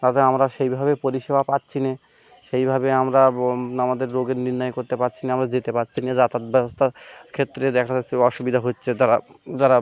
তাতে আমরা সেইভাবে পরিষেবা পাচ্ছি না সেইভাবে আমরা আমাদের রোগের নির্ণয় করতে পারছি না আমরা যেতে পারছি না যাতায়াত ব্যবস্থার ক্ষেত্রে দেখা যাচ্ছে অসুবিধা হচ্ছে তারা তারা